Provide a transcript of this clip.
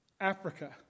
Africa